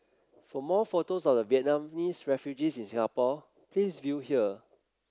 for more photos of the Vietnamese refugees in Singapore please view here